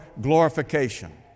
glorification